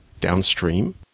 downstream